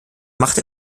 machte